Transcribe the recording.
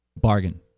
bargain